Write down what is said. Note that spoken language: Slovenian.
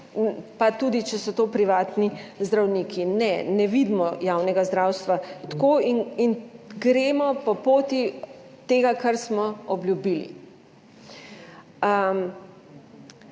pa tudi če so to privatni zdravniki. Ne, ne vidimo javnega zdravstva tako in gremo po poti tega, kar smo obljubili.